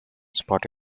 spot